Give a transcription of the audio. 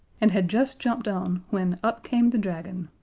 and had just jumped on when up came the dragon.